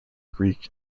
greek